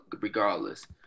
regardless